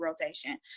rotation